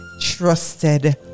trusted